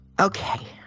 Okay